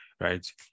right